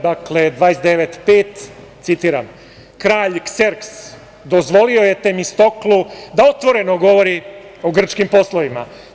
Dakle, 29/5 Citiram: „kralj Kserks dozvolio je Temistoklu da otvoreno govori o grčkim poslovima.